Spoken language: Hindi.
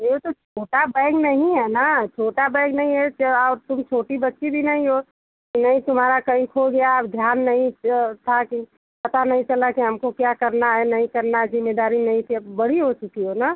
ये तो छोटा बैग नहीं है ना छोटा बैग नहीं है और तुम छोटी बच्ची भी नहीं हो कि नहीं तुम्हारा कहीं खो गया अब ध्यान नहीं था कि पता नहीं चल रहा कि हमको क्या करना है नहीं करना है जिम्मेदारी नहीं थी अब बड़ी हो चुकी हो ना